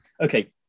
okay